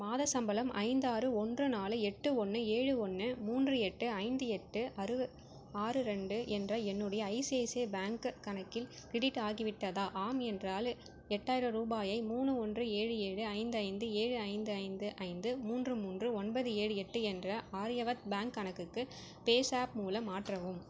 மாதச் சம்பளம் ஐந்து ஆறு ஒன்று நாலு எட்டு ஒன்று ஏழு ஒன்று மூன்று எட்டு ஐந்து எட்டு ஆறு ரெண்டு என்ற என்னுடைய ஐசிஐசிஐ பேங்க் கணக்கில் க்ரெடிட் ஆகிவிட்டதா ஆம் என்றால் எட்டாயிரம் ரூபாயை மூணு ஒன்று ஏழு ஏழு ஐந்து ஐந்து ஏழு ஐந்து ஐந்து ஐந்து மூன்று மூன்று ஒன்பது ஏழு எட்டு என்ற ஆர்யவர்த் பேங்க் கணக்குக்கு பேஸ் ஆப் மூலம் மாற்றவும்